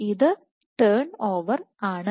ഇതു turnover ആണ്